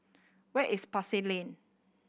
where is Pasar Lane